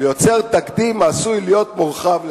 ויוצר תקדים העשוי להיות מורחב לתחומים".